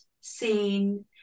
seen